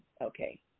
Okay